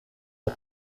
are